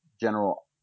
general